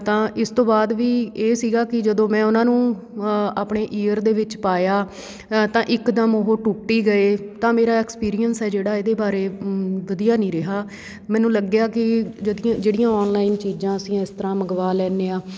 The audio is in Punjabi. ਤਾਂ ਇਸ ਤੋਂ ਬਾਅਦ ਵੀ ਇਹ ਸੀਗਾ ਕਿ ਜਦੋਂ ਮੈਂ ਉਹਨਾਂ ਨੂੰ ਆਪਣੇ ਈਅਰ ਦੇ ਵਿੱਚ ਪਾਇਆ ਤਾਂ ਇਕਦਮ ਉਹ ਟੁੱਟ ਹੀ ਗਏ ਤਾਂ ਮੇਰਾ ਐਕਸਪੀਰੀਅੰਸ ਹੈ ਜਿਹੜਾ ਇਹਦੇ ਬਾਰੇ ਵਧੀਆ ਨਹੀਂ ਰਿਹਾ ਮੈਨੂੰ ਲੱਗਿਆ ਕਿ ਜਿਹੜੀਆਂ ਔਨਲਾਈਨ ਚੀਜ਼ਾਂ ਅਸੀਂ ਇਸ ਤਰ੍ਹਾਂ ਮੰਗਵਾ ਲੈਂਦੇ ਹਾਂ